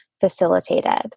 facilitated